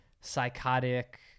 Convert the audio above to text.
psychotic